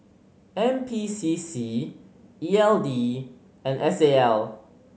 N P C C E L D and S A L